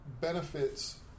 benefits